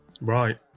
Right